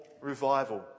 revival